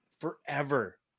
forever